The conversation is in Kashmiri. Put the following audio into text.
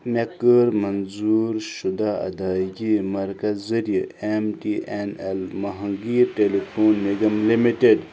مےٚ کٔر منظوٗر شُدہ ادایگی مرکز ذریعہ M T N L Mahanagar telephone Nigam limited